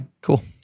Cool